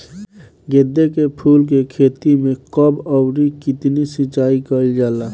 गेदे के फूल के खेती मे कब अउर कितनी सिचाई कइल जाला?